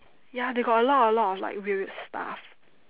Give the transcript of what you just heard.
ya they got a lot a lot of weird weird stuff